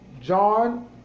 John